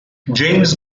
james